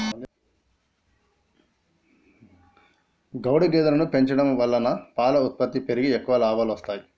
గౌడు గేదెలను పెంచడం వలన పాల ఉత్పత్తి పెరిగి ఎక్కువ లాభాలొస్తాయి